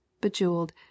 bejeweled